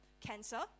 cancer